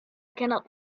cannot